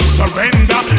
surrender